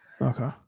Okay